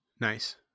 Nice